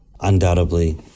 undoubtedly